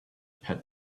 pet